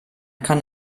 kann